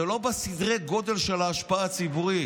זה לא בסדרי הגודל של ההשפעה הציבורית.